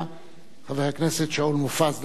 חבר הכנסת שאול מופז, לשאת את דברו.